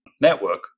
network